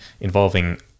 involving